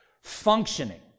functioning